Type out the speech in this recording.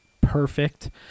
perfect